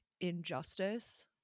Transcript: injustice